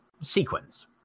sequence